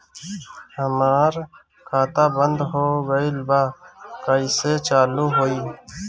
हमार खाता बंद हो गइल बा कइसे चालू होई?